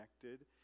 connected